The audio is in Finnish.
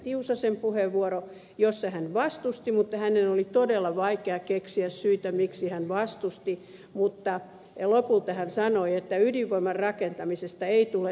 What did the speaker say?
tiusasen puheenvuoro jossa hän vastusti mutta hänen oli todella vaikea keksiä syitä miksi hän vastusti mutta lopulta hän sanoi että ydinvoiman rakentamisesta ei tule tarpeeksi työpaikkoja